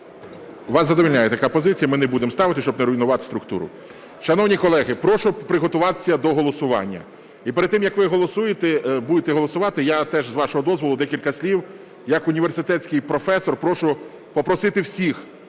Вас задовольняє така позиція, ми не будемо ставити, щоб не руйнувати структуру. Шановні колеги, прошу приготуватися до голосування. І перед тим, як ви будете голосувати, я теж, з вашого дозволу, декілька слів, як університетський професор, прошу попросити всіх